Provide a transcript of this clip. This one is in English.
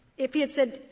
if he had said,